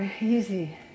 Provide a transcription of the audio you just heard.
easy